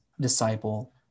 disciple